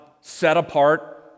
set-apart